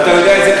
ואתה יודע את זה,